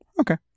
Okay